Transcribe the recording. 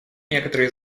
некоторые